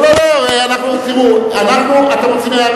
טוב, חברים, מרגע זה תאמרו מה שאתם רוצים.